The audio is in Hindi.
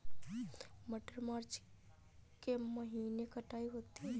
मटर मार्च के महीने कटाई होती है?